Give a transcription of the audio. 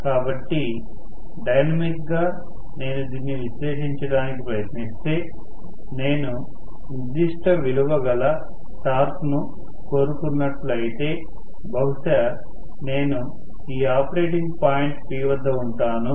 కాబట్టి డైనమిక్గా నేను దీన్ని విశ్లేషించడానికి ప్రయత్నిస్తే నేను నిర్దిష్ట విలువ గల టార్క్ ను కోరుకున్నట్టు అయితే బహుశా నేను ఈ ఆపరేటింగ్ పాయింట్ P వద్ద ఉంటాను